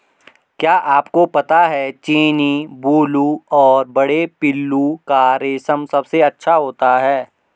क्या आपको पता है चीनी, बूलू और बड़े पिल्लू का रेशम सबसे अच्छा होता है?